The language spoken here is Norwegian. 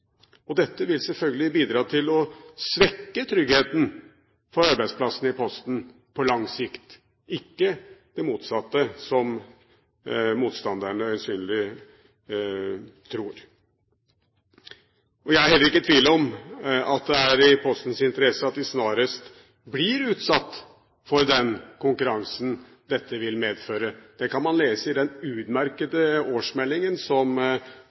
Dette vil selvfølgelig bidra til å svekke tryggheten for arbeidsplassene i Posten på lang sikt, ikke det motsatte, som motstanderne øyensynlig tror. Jeg er heller ikke i tvil om at det er i Postens interesse at vi snarest blir utsatt for den konkurransen dette vil medføre. Det kan man lese i den utmerkede årsmeldingen som